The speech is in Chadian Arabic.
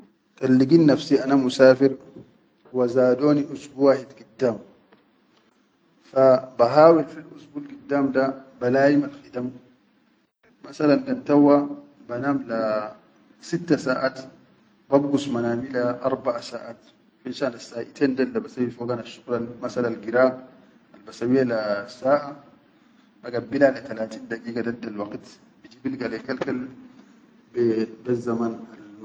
Kan ligid nafsi ana misafir wa zadoni usbu wahid giddam, fa bahawil fil usbul giddam da balayimal khidam, masalan kan tawwa banam la sitta saʼat babgus manami le arbaʼa saʼat, finshan assaʼiten dol basawwi fogan asshuqulal masalan al gira albasawiya la saʼa bagabbila le talateen dagiga daddal waqid biji bilga lai kal-kal bezzaman.